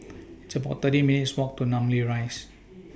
It's about thirty minutes' Walk to Namly Rise